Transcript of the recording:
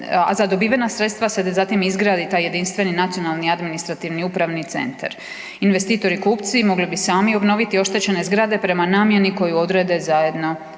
a za dobivena sredstva se zatim izgradi taj jedinstveni nacionalni administrativni upravni centar. Investitori i kupci mogli bi sami obnoviti oštećene zgrade prema namjeni koju odrede zajedno